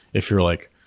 if you're like,